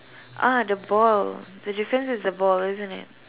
ah the ball the difference is the ball isn't it